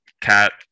cat